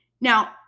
Now